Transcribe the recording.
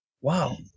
wow